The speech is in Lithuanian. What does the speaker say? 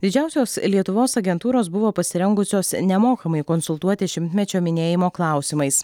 didžiausios lietuvos agentūros buvo pasirengusios nemokamai konsultuoti šimtmečio minėjimo klausimais